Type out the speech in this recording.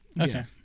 okay